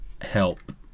help